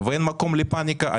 אין מקום לפניקה.